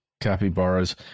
capybaras